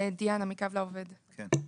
פנסיה תגמולים לפי סעיף 9(ב)(1)(ב)